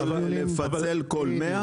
אתה יכול לפצל כל 100?